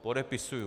Podepisuji.